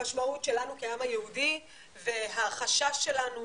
משמעות שלנו כעם היהודי והחשש שלנו